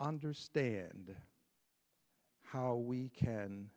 understand how we can